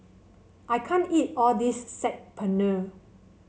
I can't eat all this Saag Paneer